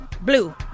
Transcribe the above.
Blue